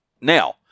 Now